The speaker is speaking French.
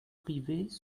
privés